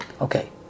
Okay